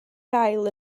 gael